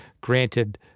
granted